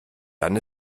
dann